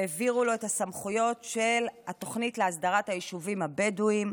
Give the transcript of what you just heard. והעבירו לו את הסמכויות של התוכנית להסדרת היישובים הבדואיים,